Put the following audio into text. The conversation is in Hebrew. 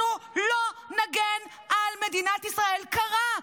אנחנו לא נגן על מדינת ישראל, קרה.